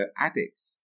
addicts